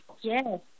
Yes